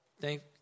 thank